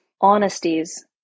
honesties